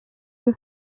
wir